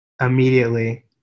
immediately